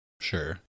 Sure